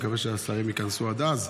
אני מקווה שהשרים ייכנסו עד אז.